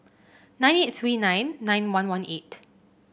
nine eight three nine nine one one eight